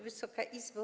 Wysoka Izbo!